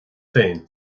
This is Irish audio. féin